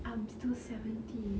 I'm still seventeen